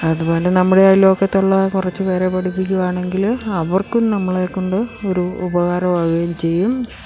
അതുപോലെ നമ്മുടെ അയൽപക്കത്തുള്ള കുറച്ചുപേരെ പഠിപ്പിക്കുകയാണെങ്കിൽ അവർക്കും നമ്മളെക്കൊണ്ട് ഒരു ഉപകാരമാവുകയും ചെയ്യും